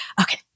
Okay